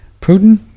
Putin